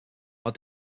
our